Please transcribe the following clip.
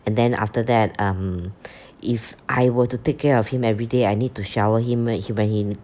and then after that um if I were to take care of him everyday I need to shower him when he when he